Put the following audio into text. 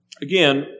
again